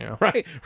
Right